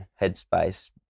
headspace